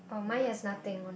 words buy me